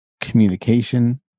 communication